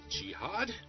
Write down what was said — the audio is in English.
jihad